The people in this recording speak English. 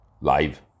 live